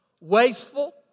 Wasteful